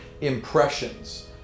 impressions